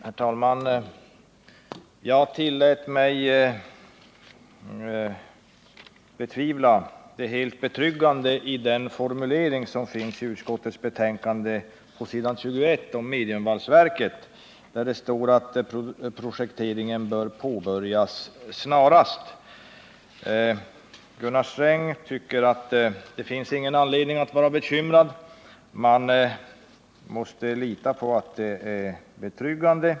Herr talman! Jag tillät mig betvivla det helt betryggande i den formulering om mediumvalsverket som finns i utskottets betänkande s. 21. Det står nämligen att projekteringen bör påbörjas snarast. Gunnar Sträng tycker att det inte finns någon anledning att vara bekymrad och säger att man måste lita på att det är betryggande.